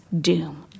doom